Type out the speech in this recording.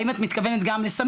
האם את מתכוונת גם לסמים?